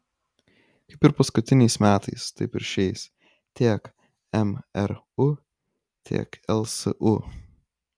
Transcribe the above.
kaip ir paskutiniais metais taip ir šiais tiek mru tiek lsu